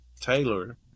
Taylor